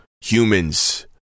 humans